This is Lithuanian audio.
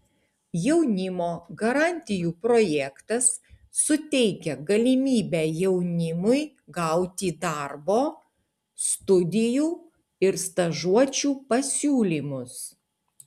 jaunimo garantijų projektas suteikia galimybę jaunimui gauti darbo studijų ir stažuočių pasiūlymus